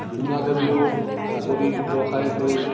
বিণা দেৱীও ছাগলী ব্যৱসায় কৰি